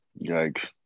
yikes